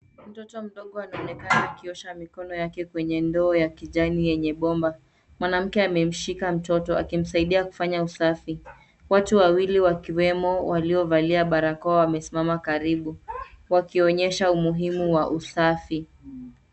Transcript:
Mtoto mdogo anaonekana akiosha mikono yake kwenye ndoo ya kijani yenye bomba. Mwanamke amemshika mtoto akimsaidia kufanya usafi. Watu wawili wakiwemo walio valia barakoa wamesimama karibu wakionyesha umuhimu wa usafi.